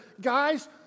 Guys